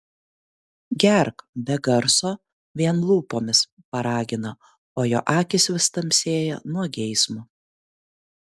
gerk be garso vien lūpomis paragina o jo akys vis tamsėja nuo geismo